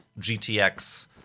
GTX